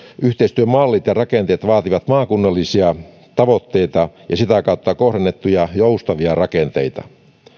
yhteistyömallit ja rakenteet vaativat maakunnallisia tavoitteita ja sitä kautta kohdennettuja joustavia rakenteita